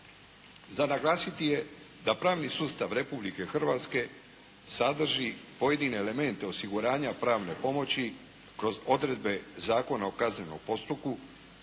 Za naglasiti da je pravni sustav Republike Hrvatske sadrži pojedine elemente osiguranja pravne pomoći kroz odredbe Zakona o kaznenom postupku